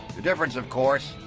the difference, of course,